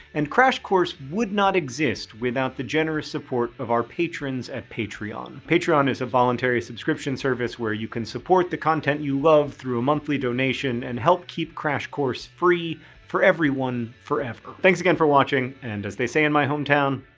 and crash course would not exist without the generous support of our patrons at patreon. patreon is a voluntary subscription service where you can support the content you love through a monthly donation and help keep crash course free for everyone forever. thanks again for watching, and as they say in my hometown,